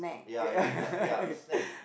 ya ya ya ya snack